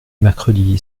mercredi